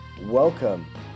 Welcome